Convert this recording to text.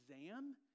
exam